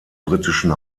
britischen